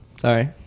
Sorry